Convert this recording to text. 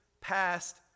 past